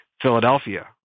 Philadelphia